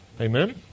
Amen